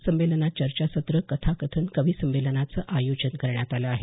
संमेलनात चर्चासत्र कथाकथन कविसंमेलनाचं आयोजन करण्यात आलं आहे